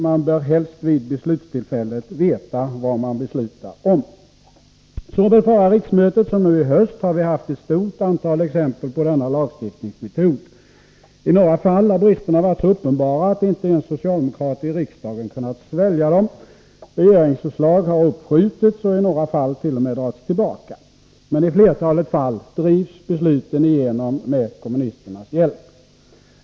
Man bör helst vid beslutstillfället veta vad man beslutar om. Såväl vid förra riksmötet som nu i höst har vi sett ett stort antal exempel på denna lagstiftningsmetod. I några fall har bristerna varit så uppenbara att inte ens socialdemokrater i riksdagen kunnat svälja dem. Regeringsförslag har uppskjutits och i några fall t.o.m. dragits tillbaka. Men i flertalet fall har besluten drivits igenom med kommunisternas hjälp.